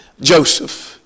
Joseph